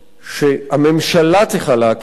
שהממשלה צריכה להקים אותו,